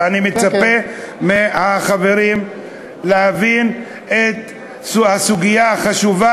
ואני מצפה מהחברים להבין את הסוגיה החשובה